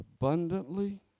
abundantly